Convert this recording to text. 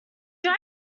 dry